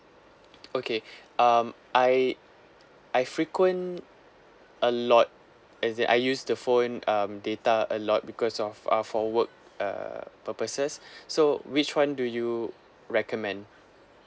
okay um I I frequent a lot it's that I use the phone um data a lot because of uh for work err purposes so which one do you recommend